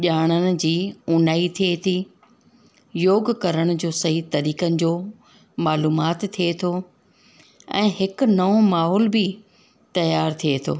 ॼाणण जी ऊन्हाई थिए थी योगु करण जो सही तरीक़नि जो मालूमात थिए थो ऐं हिकु नओं माहौल बि तयार थिए थो